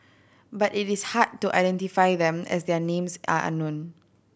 but it is hard to identify them as their names are unknown